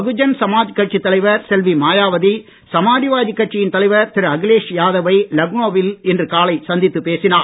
பகுஜன் சமாஜ் கட்சித் தலைவர் செல்வி மாயாவதி சமாஜ்வாடி கட்சியின் தலைவர் திரு அகிலேஷ் யாதவை லக்னோவில் இன்று காலை சந்தித்துப் பேசினார்